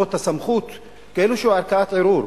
את הסמכות כאילו שהוא ערכאת ערעור.